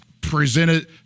presented